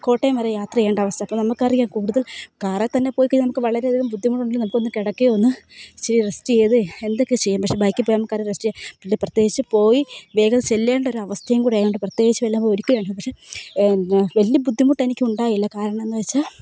കോട്ടയം വരെ യാത്ര ചെയ്യേണ്ട അവസ്ഥ അപ്പോൾ നമുക്ക് അറിയാം കൂടുതൽ കാറിൽ തന്നെ പോയിക്കഴിഞ്ഞാൽ നമുക്ക് വളരെയധികം ബുദ്ധിമുട്ടുണ്ടെന്ന് ഇപ്പോൾ ഒന്ന് കിടക്കുകയും ഒന്ന് ഇത്തിരി റെസ്റ്റ് ചെയ്ത് എന്തൊക്കെ ചെയ്യും പക്ഷെ ബൈക്കിൽപ്പോയാൽ നമുക്ക് അവിടെ റെസ്റ്റ് പിന്നെ പ്രത്യേകിച്ച് പോയി വേഗം ചെല്ലേണ്ട ഒരു അവസ്ഥയുംകൂടി ആയതുകൊണ്ട് പ്രത്യേകിച്ച് വല്ല ഒരിക്കലാണ് പക്ഷെ വലിയ ബുദ്ധിമുട്ട് എനിക്ക് ഉണ്ടായില്ല കാരണം എന്നുവച്ചാൽ